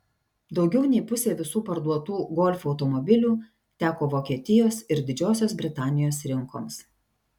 daugiau nei pusė visų parduotų golf automobilių teko vokietijos ir didžiosios britanijos rinkoms